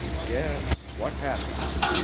yes, what happiness!